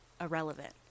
irrelevant